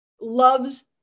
loves